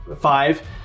five